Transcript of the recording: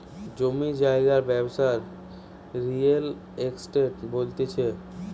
জমি জায়গার ব্যবসাকে রিয়েল এস্টেট বলতিছে